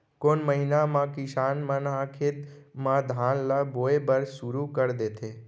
कोन महीना मा किसान मन ह खेत म धान ला बोये बर शुरू कर देथे?